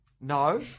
No